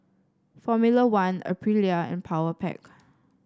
Formula One Aprilia and Powerpac